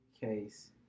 case